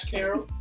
Carol